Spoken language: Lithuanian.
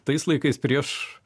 tais laikais prieš